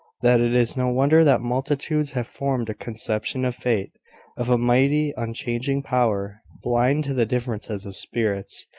that it is no wonder that multitudes have formed a conception of fate of a mighty unchanging power, blind to the differences of spirits,